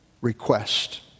request